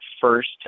first